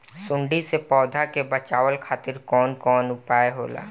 सुंडी से पौधा के बचावल खातिर कौन उपाय होला?